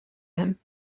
him